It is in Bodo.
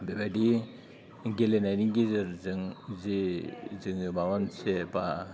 बेबायदि गेलेनायनि गेजेरजों जे जों माबा मोनसे बा